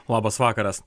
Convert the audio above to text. labas vakaras